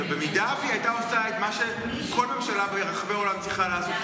אם היא הייתה עושה את מה שכל ממשלה ברחבי העולם צריכה לעשות,